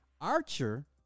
Archer